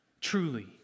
Truly